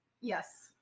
Yes